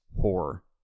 Horror